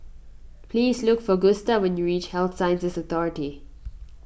please look for Gusta when you reach Health Sciences Authority